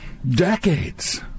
Decades